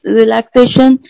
relaxation